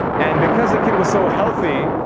and because the kid was so healthy,